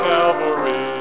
Calvary